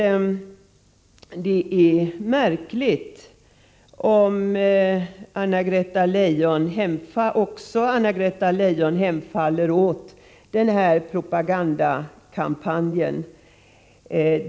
Det är märkligt om också Anna-Greta Leijon hemfaller åt den tidigare nämnda propagandakampanjen.